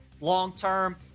long-term